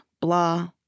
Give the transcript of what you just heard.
blah